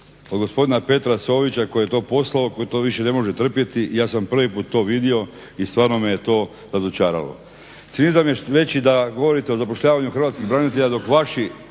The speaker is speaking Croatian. od gospodina Petra Sovića koji je to poslao i koji to više ne može trpjeti. Ja sam prvi put to vidio i stvarno me je to razočaralo. … /Govornik se ne razumije./… reći da govorite o zapošljavanju hrvatskih branitelja dok vaši